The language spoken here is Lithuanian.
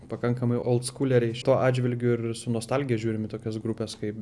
pakankamai oldskuleriai šituo atžvilgiu ir su nostalgija žiūrime į tokias grupes kaip